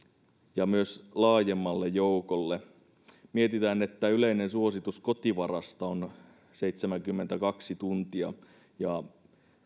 ja myös laajemmalle joukolle kun mietitään että yleinen suositus kotivarasta on seitsemänkymmentäkaksi tuntia ja